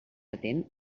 atent